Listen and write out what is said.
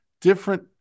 different